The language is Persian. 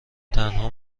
تنها